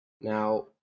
now